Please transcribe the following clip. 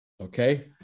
Okay